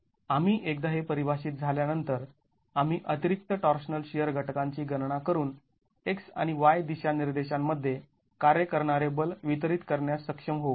आणि एकदा हे परिभाषित झाल्यानंतर आम्ही अतिरिक्त टॉर्शनल शिअर घटकांची गणना करून x आणि y दिशानिर्देशांमध्ये कार्य करणारे बल वितरित करण्यास सक्षम होऊ